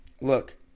look